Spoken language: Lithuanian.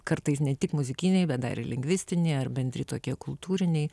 kartais ne tik muzikiniai bet dar ir lingvistiniai ar bendri tokie kultūriniai